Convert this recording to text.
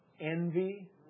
Envy